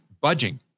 budging